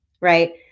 Right